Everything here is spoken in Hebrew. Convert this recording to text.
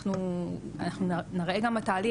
ואת זה אנחנו נראה גם בתהליך,